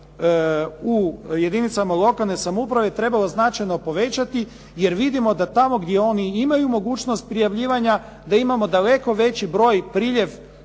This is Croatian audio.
u jedinicama lokalne samouprave trebalo značajno povećati jer vidimo da tamo gdje oni imaju mogućnost prijavljivanja da imamo daleko veći broj, priljev